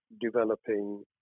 developing